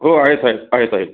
हो आहेत साहेब आहेत आहेत